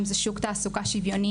אם זה שוק תעסוקה שוויוני,